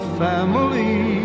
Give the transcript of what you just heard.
family